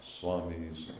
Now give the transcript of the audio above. Swamis